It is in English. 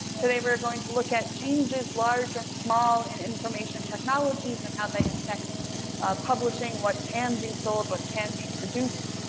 today we are going to look at changes large and small in information technologies and how they affect publishing, what can be sold, what can be produced.